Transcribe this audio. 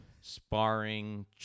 sparring